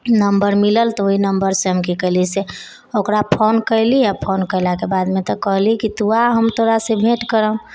number मिलल तऽ ओहि नम्बरसँ हम कि केली से ओकरा फोन केली आओर फोन केलाके बादमे कहली तोँ आ हम तोरासँ भेँट करब